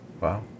Wow